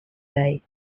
day